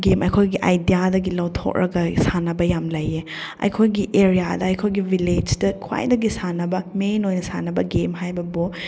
game ꯑꯩꯈꯣꯏꯒꯤ ꯑꯥꯏꯗꯤꯌꯥꯗꯒꯤ ꯂꯧꯊꯣꯛꯂꯒ ꯁꯥꯟꯅꯕ ꯌꯥꯝ ꯂꯩꯌꯦ ꯑꯩꯈꯣꯏꯒꯤ ꯑꯦꯔꯤꯌꯥꯗ ꯑꯩꯈꯣꯏꯒꯤ ꯚꯤꯂꯦꯖꯇ ꯈ꯭ꯋꯥꯏꯗꯒꯤ ꯁꯥꯟꯅꯕ ꯃꯦꯟ ꯑꯣꯏꯅ ꯁꯥꯟꯅꯕ ꯒꯦꯝ ꯍꯥꯏꯕꯕꯨ